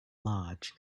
large